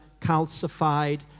calcified